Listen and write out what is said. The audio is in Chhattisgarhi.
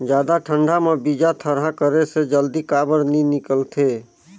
जादा ठंडा म बीजा थरहा करे से जल्दी काबर नी निकलथे?